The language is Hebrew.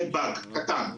זה באג קטן.